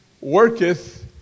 worketh